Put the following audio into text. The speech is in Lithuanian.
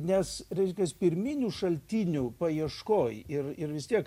nes reiškias pirminių šaltinių paieškoj ir ir vis tiek